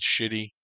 shitty